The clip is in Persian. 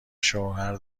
شوهر